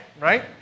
right